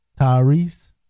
tyrese